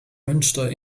münster